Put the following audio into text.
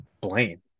Blaine